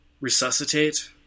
resuscitate